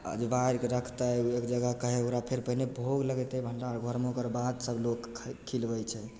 अजबारिके रखतै एकजगह कहैके ओकरा फेर पहिले भोग लगेतै भण्डार घरमे ओकरबाद सभ लोकके खिलबै छै